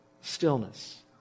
stillness